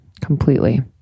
completely